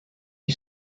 you